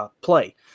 play